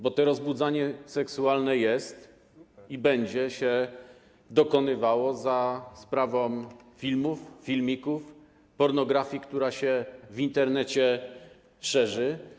Bo to rozbudzanie seksualne jest i będzie się dokonywało za sprawą filmów, filmików i pornografii, która w Internecie się szerzy.